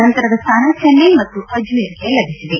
ನಂತರದ ಸ್ಥಾನ ಚೆನ್ನೈ ಮತ್ತು ಅಜ್ಬೀರ್ಗೆ ಲಭಿಸಿದೆ